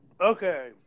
Okay